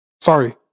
Sorry